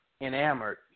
enamored